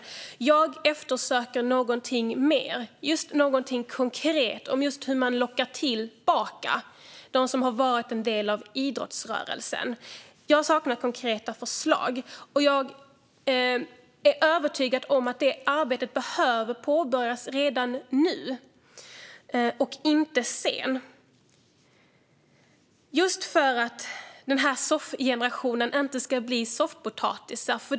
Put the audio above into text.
Men jag eftersöker något mer, något konkret om hur man lockar tillbaka dem som har varit en del av idrottsrörelsen. Jag saknar konkreta förslag. Jag är övertygad om att det arbetet behöver påbörjas redan nu, inte sedan, för att "soffgenerationen" inte ska bli soffpotatisar.